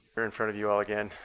in front of you all again,